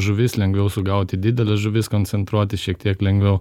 žuvis lengviau sugauti dideles žuvis koncentruotis šiek tiek lengviau